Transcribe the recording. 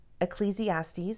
Ecclesiastes